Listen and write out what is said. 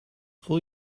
voel